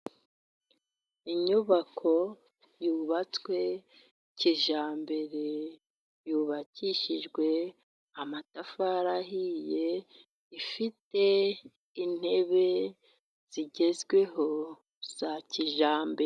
Inyubako yubatswe kijyambere, yubakishijwe amatafari ahiye, ifite intebe zigezweho za kijyambere.